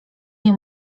nie